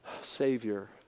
Savior